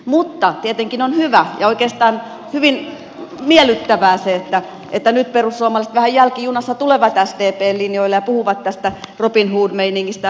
mutta tietenkin on hyvä ja oikeastaan hyvin miellyttävää se että nyt perussuomalaiset vähän jälkijunassa tulevat sdpn linjoille ja puhuvat tästä robinhood meiningistä ja muusta